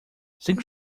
cinco